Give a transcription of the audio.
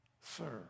sir